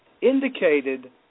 indicated